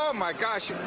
um my gosh!